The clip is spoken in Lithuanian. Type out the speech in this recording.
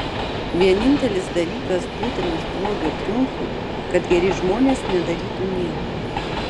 vienintelis dalykas būtinas blogio triumfui kad geri žmonės nedarytų nieko